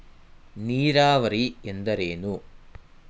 ನೀರಾವರಿ ಎಂದರೇನು?